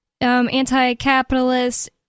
anti-capitalist